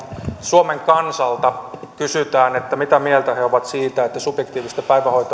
suomen kansalta kysytään mitä mieltä he ovat siitä että subjektiivista päivähoito